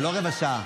אבל לא רבע שעה.